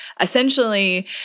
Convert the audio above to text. essentially